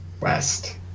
West